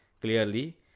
clearly